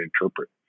interpret